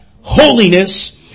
holiness